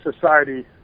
society